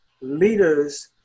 leaders